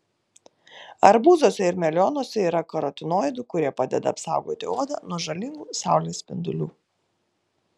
arbūzuose ir melionuose yra karotinoidų kurie padeda apsaugoti odą nuo žalingų saulės spindulių